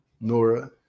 Nora